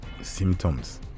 symptoms